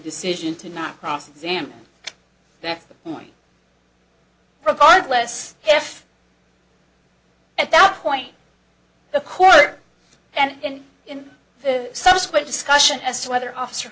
decision to not cross examine that one regardless if at that point a court and in the subsequent discussion as to whether officer